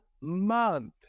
month